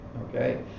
okay